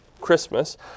Christmas